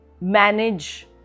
manage